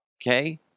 okay